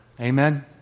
Amen